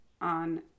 on